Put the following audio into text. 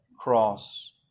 cross